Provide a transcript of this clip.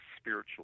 spiritual